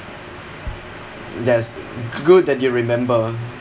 that's good that you remember